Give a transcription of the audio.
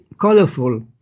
colorful